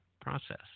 process